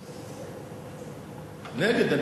נגד.